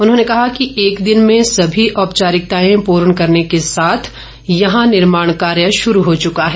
उन्होंने कहा कि एक दिन में सभी औपचारिकताएं पूर्ण करने के साथ यहां निर्माण कार्य शुरू हो चुका है